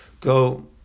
go